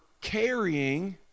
carrying